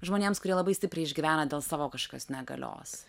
žmonėms kurie labai stipriai išgyvena dėl savo kažkokios negalios